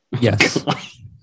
Yes